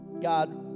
God